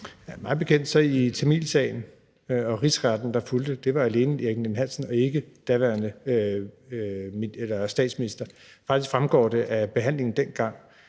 Mig bekendt var tamilsagen og rigsretssagen, der fulgte, alene rejst mod Erik Ninn-Hansen og ikke den daværende statsminister. Faktisk fremgår det af behandlingen dengang,